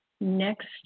next